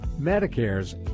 Medicare's